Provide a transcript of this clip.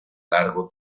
largo